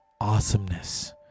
awesomeness